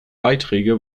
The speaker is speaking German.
beiträge